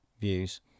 views